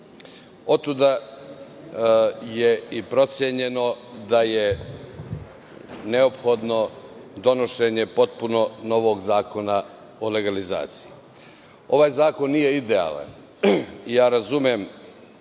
Otuda je i procenjeno da je neophodno donošenje potpuno novog zakona o legalizaciji. Ovaj zakon nije idealan. Razumem